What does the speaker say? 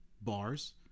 bars